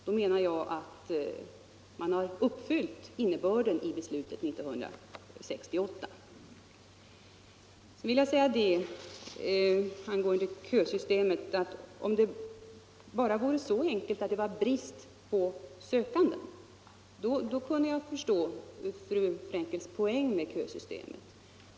Då menar jag att man har uppfyllt innebörden i beslutet 1968. Angående kösystemet vill jag säga att om det bara vore så enkelt att det råder brist på sökande kunde jag förstå fru Frenkels poäng med kösystemet.